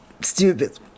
stupid